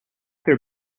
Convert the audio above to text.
their